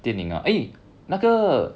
的那个 eh 那个